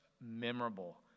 memorable